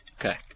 Okay